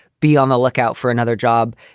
be on the lookout for another job.